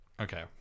Okay